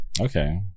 Okay